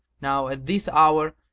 now at this hour,